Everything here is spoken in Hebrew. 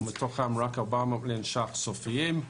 אבל מתוכם רק 400 מיליון שקל סופיים.